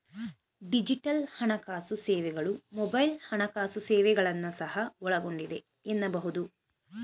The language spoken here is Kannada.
ಡಿಜಿಟಲ್ ಹಣಕಾಸು ಸೇವೆಗಳು ಮೊಬೈಲ್ ಹಣಕಾಸು ಸೇವೆಗಳನ್ನ ಸಹ ಒಳಗೊಂಡಿದೆ ಎನ್ನಬಹುದು